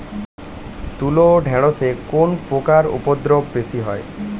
তুলো ও ঢেঁড়সে কোন পোকার উপদ্রব বেশি হয়?